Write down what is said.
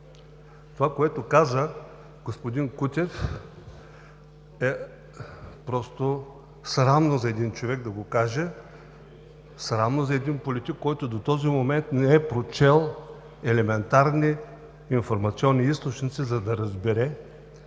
Това, което каза господин Кутев, е просто срамно за един човек да го каже, срамно за един политик, който до този момент не е прочел елементарни информационни източници, за да разбере,